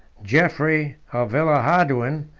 jeffrey of villehardouin,